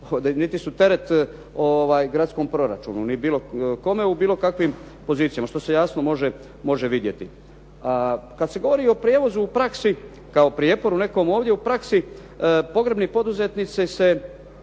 niti su teret gradskom proračunu, ni bilo kome u bilo kakvim pozicijama što se jasno može vidjeti. Kad se govori o prijevozu u praksi kao prijeporu nekom ovdje u praksi pogrebni poduzetnici se